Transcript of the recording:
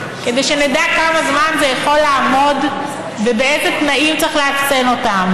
כדי שנדע כמה זמן הוא יכול לעמוד ובאילו תנאים צריך לאפסן אותו.